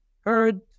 heard